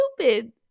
stupid